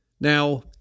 Now